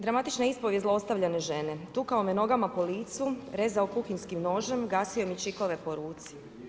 Dramatična ispovijest zlostavljane žene: „Tukao me nogama po licu, rezao kuhinjskim nožem, gasio mi čikove po ruci.